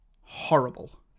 horrible